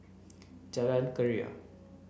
Jalan Keria